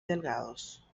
delgados